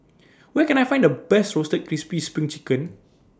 Where Can I Find The Best Roasted Crispy SPRING Chicken